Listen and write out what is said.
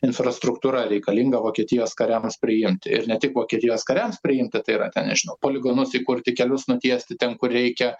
infrastruktūra reikalinga vokietijos kariams priimti ir ne tik vokietijos kariams priimti tai yra ten nežinau poligonus įkurti kelius nutiesti ten kur reikia